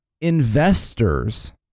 investors